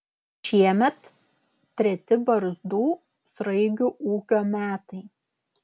šiemet treti barzdų sraigių ūkio metai